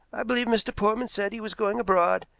i believe mr. portman said he was going abroad.